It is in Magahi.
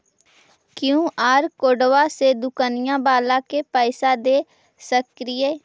कियु.आर कोडबा से दुकनिया बाला के पैसा दे सक्रिय?